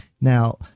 Now